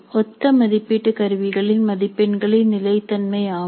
ஒத்த மதிப்பீட்டு கருவிகளின் மதிப்பெண்களின் நிலைத்தன்மை ஆகும்